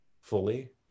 fully